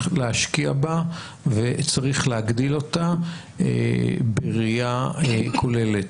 להשקיע בה וצריך להגדיל אותה בראייה כוללת.